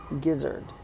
Gizzard